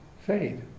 fade